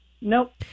Nope